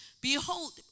Behold